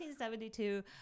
1972